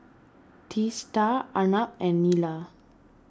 Teesta Arnab and Neila